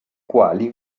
quali